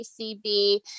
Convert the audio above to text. ACB